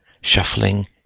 shuffling